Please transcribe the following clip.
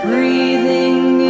Breathing